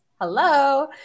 Hello